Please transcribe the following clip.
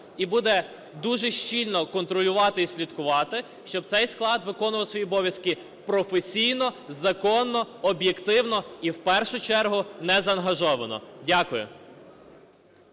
і буде дуже щільно контролювати і слідкувати, щоб цей склад виконував свої обов'язки професійно, законно, об’єктивно, і в першу чергу назаангажовано. Дякую.